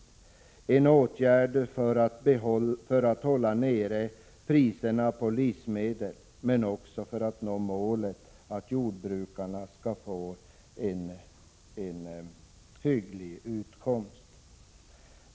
Rationaliseringarna har skett för att man velat hålla nere priserna på livsmedel men också för att man skulle nå målet att jordbrukarna skall kunna få en hygglig utkomst.